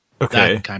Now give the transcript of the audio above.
Okay